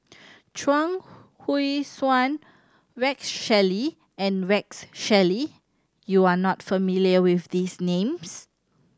Chuang Hui Tsuan Rex Shelley and Rex Shelley you are not familiar with these names